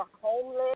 homeless